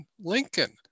Lincoln